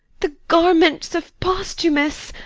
the garments of posthumus?